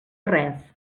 res